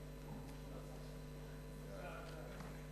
נגד, 5, נמנעים, אין.